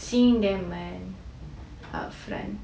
seeing them and up front